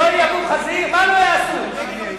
הוא חתם.